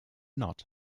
not